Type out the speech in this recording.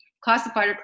classified